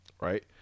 Right